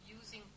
using